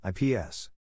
IPS